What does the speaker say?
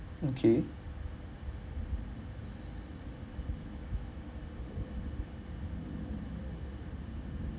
okay